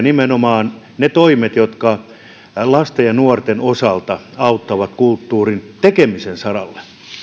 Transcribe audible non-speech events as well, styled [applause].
[unintelligible] nimenomaan ne toimet jotka lasten ja nuorten osalta auttavat kulttuurin tekemisen saralle